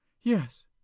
Yes